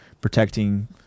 protecting